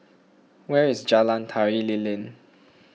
where is Jalan Tari Lilin